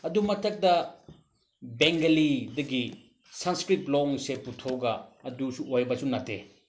ꯑꯗꯨ ꯃꯊꯛꯇ ꯕꯦꯡꯒꯂꯤꯗꯒꯤ ꯁꯪꯁꯀ꯭ꯔꯤꯠ ꯂꯣꯟꯁꯦ ꯄꯨꯊꯣꯛꯑꯒ ꯑꯗꯨꯁꯨ ꯑꯣꯏꯕꯁꯨ ꯅꯠꯇꯦ